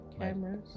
cameras